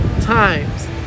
times